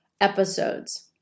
episodes